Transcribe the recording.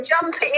jumping